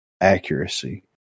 accuracy